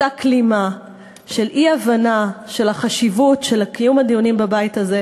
ואותה כלימה של אי-הבנה של חשיבות קיום הדיונים בבית הזה,